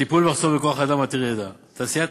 הטיפול במחסור בכוח-אדם עתיר ידע: תעשיית